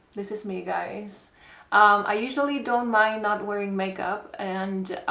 this is me guys i usually don't mind not wearing makeup and